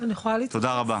תודה רבה.